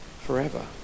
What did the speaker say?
forever